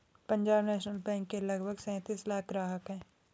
Punjab National Bank के लगभग सैंतीस लाख ग्राहक हैं